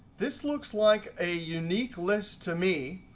this looks like a unique list to me.